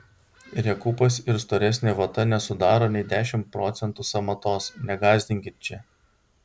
rekupas ir storesnė vata nesudaro nei dešimt procentų sąmatos negąsdinkit čia